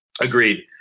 agreed